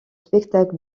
spectacles